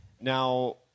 Now